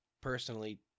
personally